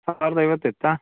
ಸಾವಿರದ ಐವತ್ತು ಇತ್ತಾ